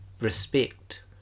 respect